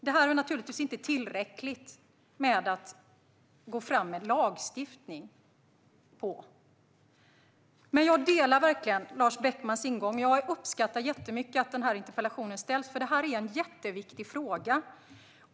Det är naturligtvis inte tillräckligt för att gå fram med lagstiftning, men jag delar verkligen Lars Beckmans ingång. Jag uppskattar mycket att denna interpellation ställs, för det är en jätteviktig fråga.